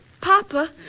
Papa